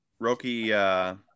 Roki